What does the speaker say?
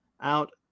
out